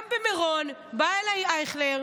גם לגבי מירון, בא אליי אייכלר,